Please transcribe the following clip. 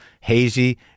hazy